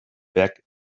back